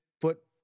foot